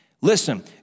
Listen